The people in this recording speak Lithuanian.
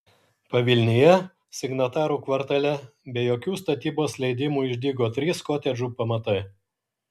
pavilnyje signatarų kvartale be jokių statybos leidimų išdygo trys kotedžų pamatai